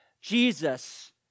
Jesus